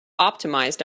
optimised